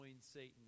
Satan